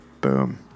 Boom